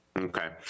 Okay